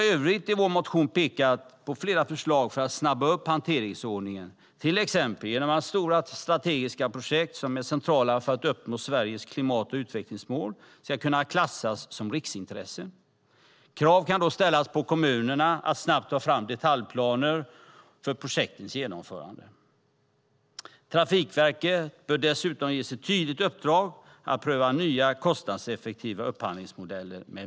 I vår motion har vi pekat på flera förslag för att snabba upp hanteringsordningen, till exempel att stora strategiska projekt som är centrala för att uppnå Sveriges klimat och utvecklingsmål ska kunna klassas som riksintresse. Krav kan då ställas på kommunerna att snabbt ta fram detaljplaner för projektens genomförande. Trafikverket bör dessutom ges ett tydligt uppdrag att pröva nya kostnadseffektiva upphandlingsmodeller.